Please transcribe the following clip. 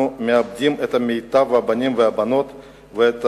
אנחנו מאבדים את מיטב הבנים והבנות ואת